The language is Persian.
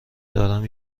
دارم